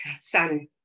son